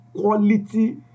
quality